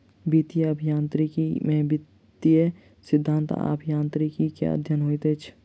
वित्तीय अभियांत्रिकी में वित्तीय सिद्धांत आ अभियांत्रिकी के अध्ययन होइत अछि